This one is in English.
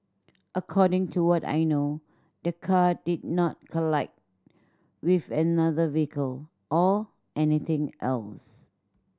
according to what I know the car did not collide with another vehicle or anything else